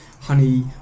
honey